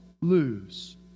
lose